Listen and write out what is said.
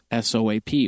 SOAP